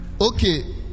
okay